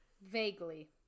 Vaguely